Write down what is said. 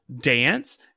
dance